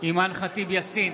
אימאן ח'טיב יאסין,